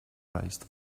raised